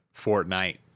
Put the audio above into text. Fortnite